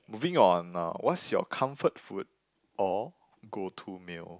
moving on now what's your comfort food or go to meal